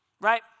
right